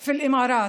בשפה הערבית,